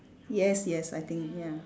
yes yes I think ya